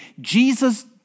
Jesus